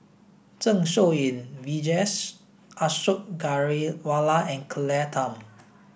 Zeng Shouyin Vijesh Ashok Ghariwala and Claire Tham